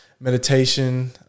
Meditation